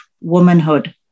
womanhood